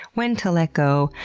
when to let go,